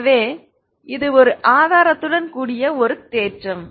எனவே இது ஒரு ஆதாரத்துடன் கூடிய ஒரு தேற்றம்